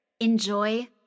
Enjoy